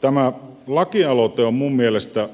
tämä lakialoite on minun mielestäni